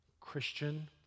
Christian